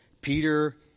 Peter